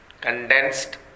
condensed